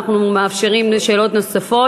אנחנו מאפשרים שאלות נוספות.